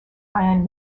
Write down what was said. ion